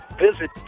visit